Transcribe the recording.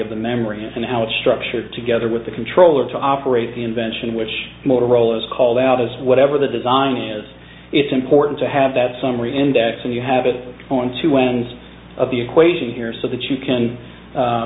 of the memory and how it's structured together with the controller to operate the invention which motorola is called out as whatever the design is it's important to have that summary index and you have it going to end of the equation here so that you can